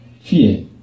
fear